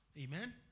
Amen